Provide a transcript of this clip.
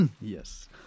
Yes